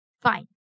Fine